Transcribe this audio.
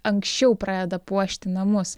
anksčiau pradeda puošti namus